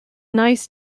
nice